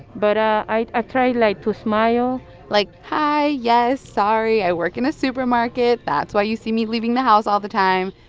but i try, like, to smile like, hi, yes. sorry. i work in a supermarket. that's why you see me leaving the house all the time.